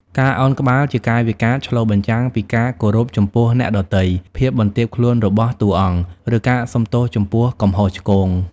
ការឱនក្បាល ជាកាយវិការឆ្លុះបញ្ចាំងពីការគោរពចំពោះអ្នកដទៃ ភាពបន្ទាបខ្លួនរបស់តួអង្គ ឬការសុំទោសចំពោះកំហុសឆ្គង។